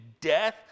death